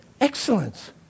Excellence